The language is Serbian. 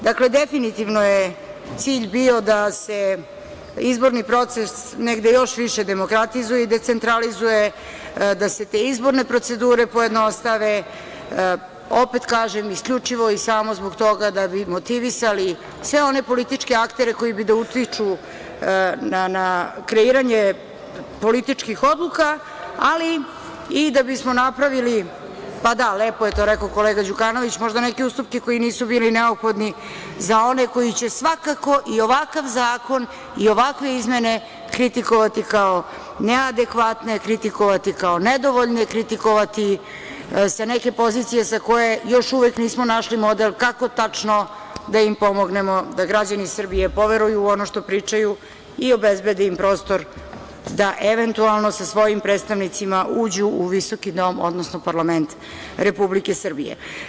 Dakle, definitivno je cilj bio da se izborni proces negde još više demokratizuje i decentralizuje, da se te izborne procedure pojednostave, opet kažem, isključivo i samo zbog toga da bi motivisali sve one političke aktere koji bi da utiču na kreiranje političkih odluka, ali i da bismo napravili, pa da, lepo je to rekao kolega Đukanović, možda neki ustupke koji nisu bili neophodni za one koji će svakako i ovakav zakon i ovakve izmene kritikovati kao neadekvatne, kritikovati kao nedovoljne, kritikovati sa neke pozicije sa koje još uvek nismo našli model kako tačno da im pomognemo da građani Srbiji poveruju u ono što pričaju i obezbede im prostor da eventualno sa svojim predstavnicima uđu u visoki Dom, odnosno parlament Republike Srbije.